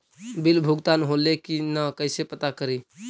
Bill भुगतान होले की न कैसे पता करी?